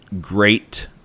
great